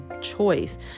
choice